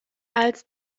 als